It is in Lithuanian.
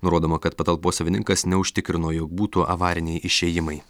nurodoma kad patalpos savininkas neužtikrino jog būtų avariniai išėjimai